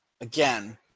Again